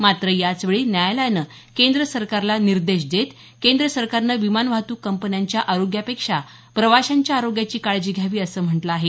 मात्र याचवेळी न्यायालयानं केंद्र सरकारला निर्देश देत केंद्र सरकारने विमान वाहतुक कंपन्यांच्या आरोग्यापेक्षा प्रवाशांच्या आरोग्याची काळजी घ्यावी असं म्हटलं आहे